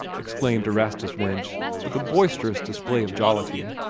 exclaimed erastus winch, with a boisterous display of jollity.